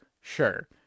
sure